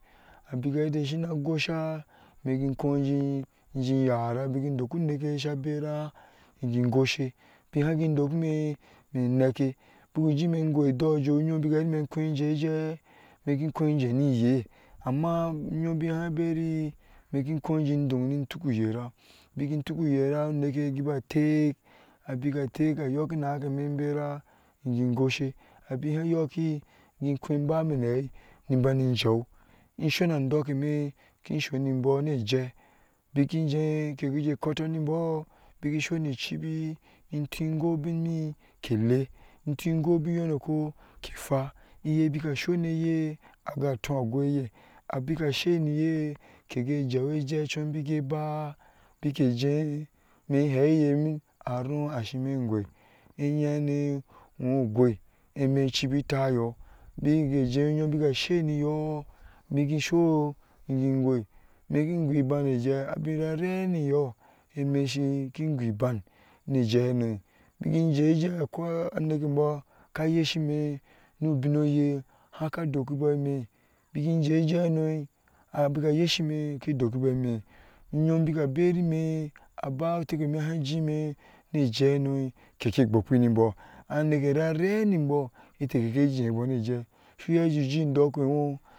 Abika hɛ shina gosa imi ge kon jeŋ lin yara ndɔɔkon nike hɛ sa bera gŋe goshe be hangŋe dokimi enake buku jin mi shi gwai idɔɔjoh u yum beka ahɛ ate kɔ jey jah miki koy jen niyɛ amma baka han berih imɛ kekin doŋ ni tuka yera beki tuku yera uŋekeye ababa tek abika tek ayɔɔk yanda imɛ shin bera gen goshe abahan yɔɔki geŋ kon bami na aei ni bayi jay ŋsuna dɔɔkemɛ̃ ke soni bɔɔ ni jai beki deŋ ke kɔɔto ni bɔɔ beki suni chibi ŋkin gobin mi ke le ngwai ubin yɔɔnuko ke kweu iyi baka sonɛye gatoh gwayeh abeka she niyɛ ke gai jah ajaichum beke bã beke jah mi hɛ̃hiyɛ aron ashe mi gwai ayihɛŋan iyɔɔŋ gwai imɛ chibi tayø beke ejah uyom beka she nɔɔ beke so ke gan gwai mɛ ki gɔɔ ebanejai abin na reniyɔɔ eme shin na reniyɔɔ eme shin ki gon ban nejahenu biki dey jaihɛnu akwai anike bɔɔ ka yasemi nubi oyɛ han kadokibɔɔ imi biki jeŋjai henu beka ayɛshime ke dɔɔkibɔɔ mi uyom beka a baa ofekpemi hau dinmi keke bɔɔkpeyar njai su iya jenjujin dɔɔko.